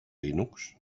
linux